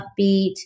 upbeat